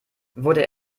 wurde